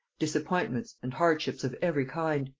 disappointments, and hardships of every kind.